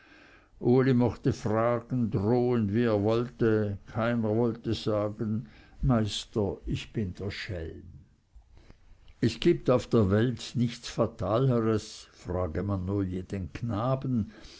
uli mochte fragen drohen wie er wollte keiner wollte sagen meister ich bin der schelm es gibt auf der welt nichts fatalers frage man nur jeden knaben